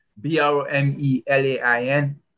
B-R-O-M-E-L-A-I-N